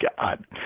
God